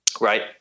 Right